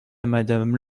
madame